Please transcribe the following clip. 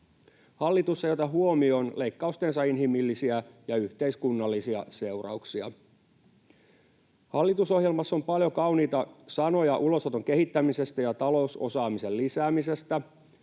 Hallitus ei ota huomioon leikkaustensa inhimillisiä ja yhteiskunnallisia seurauksia. Hallitusohjelmassa on paljon kauniita sanoja ulosoton kehittämisestä ja talousosaamisen lisäämisestä,